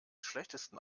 schlechtesten